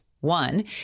one